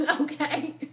Okay